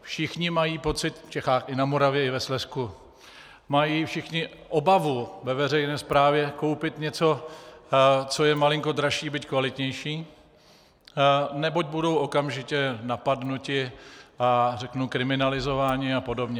Všichni mají pocit, v Čechách i na Moravě i ve Slezsku mají všichni obavu ve veřejné správě koupit něco, co je malinko dražší, byť kvalitnější, neboť budou okamžitě napadeni a řeknu kriminalizováni a podobně.